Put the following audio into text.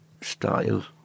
style